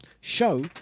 show